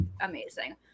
amazing